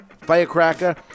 firecracker